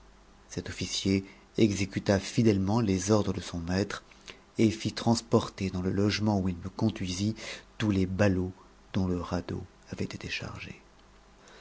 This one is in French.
cet officier exécuta fidèlement les ordres de son maître et fil transporter dans le logement où il me conduisit tous les ballots dont le radeau avait été chargé